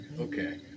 Okay